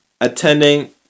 attending